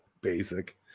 Basic